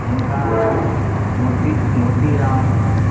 हुनका मोती मोतीराम